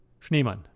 Schneemann